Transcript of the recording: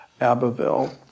Abbeville